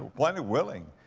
plenty willing,